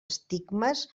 estigmes